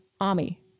Army